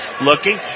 looking